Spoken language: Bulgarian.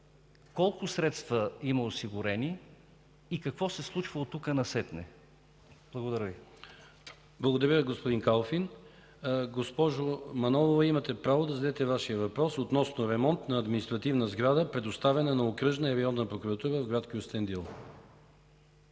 колко средства има осигурени и какво се случва от тук насетне? Благодаря Ви. ПРЕДСЕДАТЕЛ КИРИЛ ЦОЧЕВ: Благодаря Ви, господин Калфин. Госпожо Манолова, имате право да зададете Вашия въпрос относно ремонт на административна сграда, предоставена на Окръжна и Районна прокуратура в град Кюстендил.